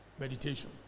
Meditation